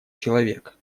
человек